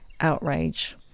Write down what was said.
outrage